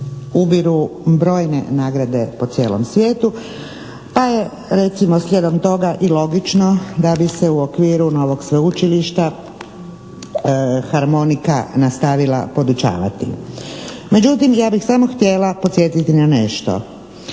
ubiru brojne nagrade po cijelom svijetu, pa recimo slijedom toga i logično da bi se u okviru novog sveučilišta harmonika nastavila podučavati. Međutim, ja bi samo htjela podsjetiti na nešto.